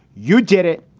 you did it.